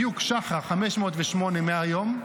בדיוק "שחר", 508, מהיום,